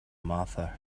martha